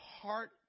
heart